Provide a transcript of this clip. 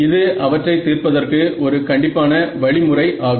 இது அவற்றை தீர்ப்பதற்கு ஒரு கண்டிப்பான வழி முறை ஆகும்